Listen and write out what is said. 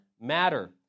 matter